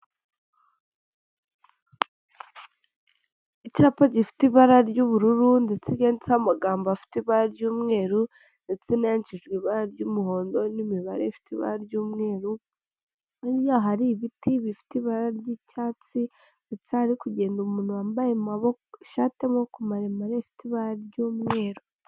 Icyapa gifite ibara ry'ubururu ndetse ryanditseho amagambo afite ibara ry'umweru, ndetse n'ayakishijwe ibara ry'umuhondo n'imibare ifite ibara ry'umweru, hirya hari ibiti bifite ibara ry'icyatsi ndetse hari kugenda umuntu wambaye ishati y'amaboko maremare ifite ibara ry'umweru.